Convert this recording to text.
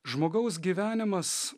žmogaus gyvenimas